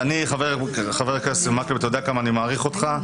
חבר הכנסת מקלב, אתה יודע כמה אני מעריך אותך.